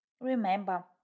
Remember